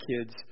kids